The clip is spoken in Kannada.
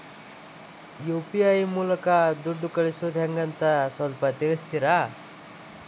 ಯು.ಪಿ.ಐ ಮೂಲಕ ದುಡ್ಡು ಕಳಿಸೋದ ಹೆಂಗ್ ಅಂತ ಸ್ವಲ್ಪ ತಿಳಿಸ್ತೇರ?